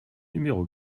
numéro